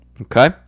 Okay